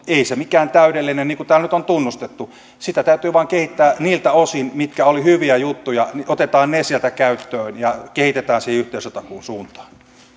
ei se mikään täydellinen ole niin kuin täällä nyt on tunnustettu sitä täytyy vain kehittää niiltä osin mitkä olivat hyviä juttuja otetaan ne sieltä käyttöön ja kehitetään siihen yhteisötakuun suuntaan